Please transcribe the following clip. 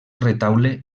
retaule